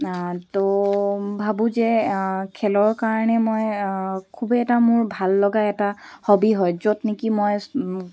ত' ভাবোঁ যে খেলৰ কাৰণে মই খুবেই এটা মোৰ ভাল লগা এটা হবি হয় য'ত নেকি মই